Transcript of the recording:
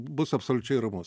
bus absoliučiai ramus